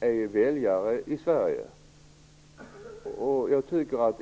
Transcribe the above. är dessutom väljare i Sverige.